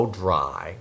dry